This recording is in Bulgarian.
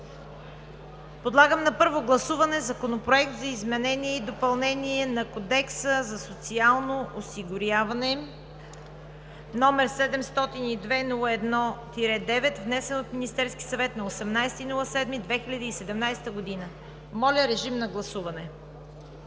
Подлагам на първо гласуване Законопроект за изменение и допълнение на Кодекса за социално осигуряване, № 702-01-9, внесен от Министерския съвет на 18 юли 2017 г. Моля, гласувайте.